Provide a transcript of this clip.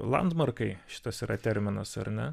landmarkai šitas yra terminas ar ne